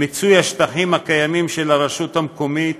מיצוי השטחים הקיימים של הרשות המקומית,